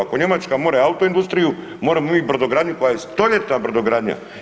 Ako Njemačka more autoindustriju moremo mi i brodogradnju koja je stoljetna brodogradnja.